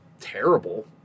terrible